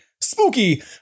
spooky